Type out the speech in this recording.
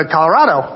Colorado